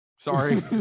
Sorry